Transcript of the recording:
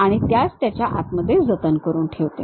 आणि त्यास त्याच्या आतमध्ये जतन करून ठेवते